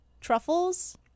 truffles